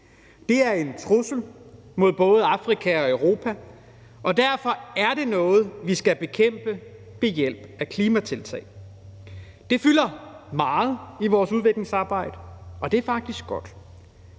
Det er en trussel mod både Afrika og Europa, og derfor er det noget, vi skal bekæmpe ved hjælp af klimatiltag. Det fylder meget i vores udviklingsarbejde, og det er faktisk godt;